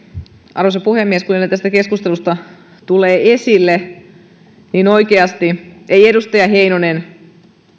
arvoisa puhemies kuten tästä keskustelusta tulee esille oikeasti ei edustaja heinonen